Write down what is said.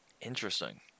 interesting